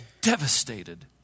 devastated